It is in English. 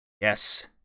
Yes